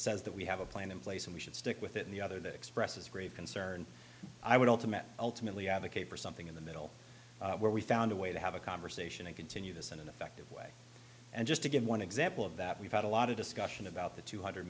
says that we have a plan in place and we should stick with it in the other that expresses grave concern i would ultimately ultimately advocate for something in the middle where we found a way to have a conversation and continue this in an effective way and just to give one example of that we've had a lot of discussion about the two hundred